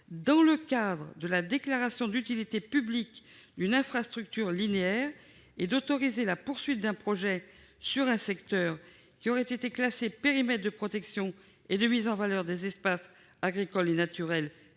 dans le cadre de la déclaration d'utilité publique d'une infrastructure linéaire et d'autoriser la poursuite d'un projet sur un secteur qui aurait été classé périmètre de protection et de mise en valeur des espaces agricoles et naturels